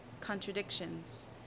contradictions